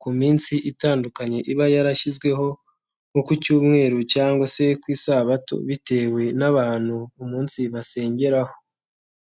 ku minsi itandukanye iba yarashyizweho, nko ku cyumweru cyangwa se ku isabato, bitewe n'abantu umunsi basengeraho.